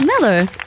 Miller